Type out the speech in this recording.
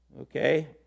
Okay